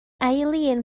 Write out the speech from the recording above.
eileen